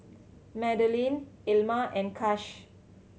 Madalynn Ilma and Kash